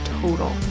total